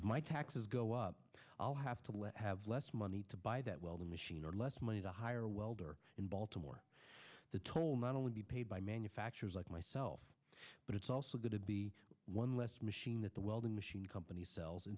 is my taxes go up i'll have to have less money to buy that welding machine or less money to hire a welder in baltimore the toll not only be paid by manufacturers like myself but it's also going to be one machine that the welding machine company sells and